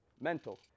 mental